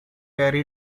terri